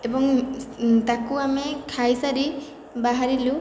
ଏବଂ ତାକୁ ଆମେ ଖାଇ ସାରି ବାହାରିଲୁ